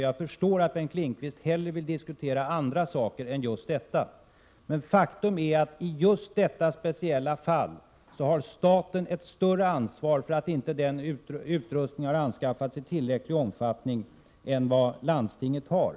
Jag förstår att Bengt Lindqvist hellre vill diskutera andra saker än just detta, men faktum är att staten i just detta speciella fall har ett större ansvar för att utrustning inte har anskaffats i tillräcklig omfattning än vad landstinget har.